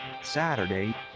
Saturday